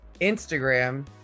Instagram